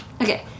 okay